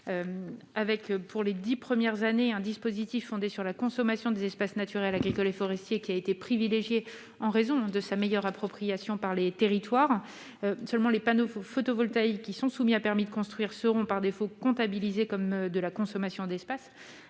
elles. Pour les dix premières années, un dispositif fondé sur la consommation des espaces naturels, agricoles et forestiers a été prévu. Nous l'avons privilégié en raison de sa bonne appropriation par les territoires. Seulement, les panneaux photovoltaïques qui sont soumis à permis de construire seront par défaut comptabilisés comme de la consommation d'espace